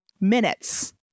minutes